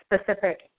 specific